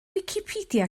wicipedia